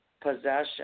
possession